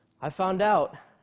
i found out,